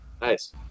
nice